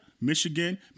Michigan